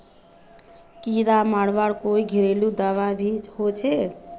कीड़ा मरवार कोई घरेलू दाबा भी होचए?